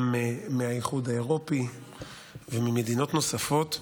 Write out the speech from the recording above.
גם מהאיחוד האירופי וממדינות נוספות,